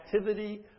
activity